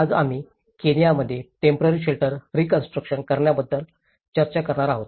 आज आम्ही केनियामध्ये टेम्पोरारी शेल्टर रीकॉन्स्ट्रुकशन करण्याबद्दल चर्चा करणार आहोत